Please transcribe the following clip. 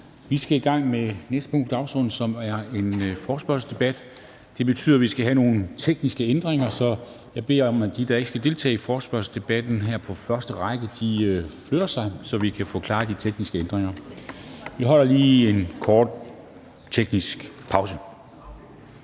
Vi skal i gang med næste gang på dagsordenen, som er en forespørgselsdebat. Det betyder, at vi skal foretage nogle tekniske ændringer, så jeg beder om, at de, der ikke skal deltage i forespørgselsdebatten her på første række, flytter sig, så vi kan få klaret de tekniske ændringer. Vi holder lige en kort pause.